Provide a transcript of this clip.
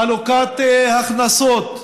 חלוקת הכנסות,